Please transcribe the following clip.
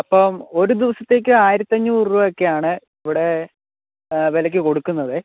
അപ്പം ഒരു ദിവസത്തേയ്ക്ക് ആയിരത്തഞ്ഞൂറ് രൂപയൊക്കെയാണ് ഇവിടെ വിലയ്ക്ക് കൊടുക്കുന്നത്